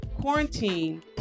quarantine